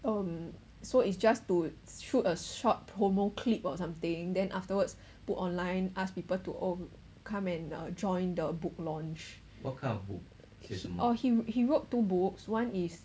um so it's just to shoot a short promo~ clip or something then afterwards put online ask people to come and join the book launch orh he he wrote two books one is